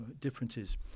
differences